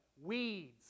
Weeds